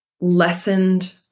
lessened